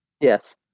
Yes